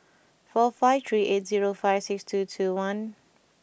four five three eight zero five six two two one